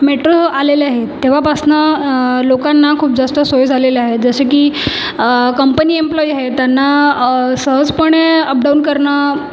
metro आलेल्या आहेत तेव्हापासनं लोकांना खूप जास्त सोई झालेल्या आहे जसे की कंपनी एम्प्लॉयी हे त्यांना सहजपणे अप डाऊन करणं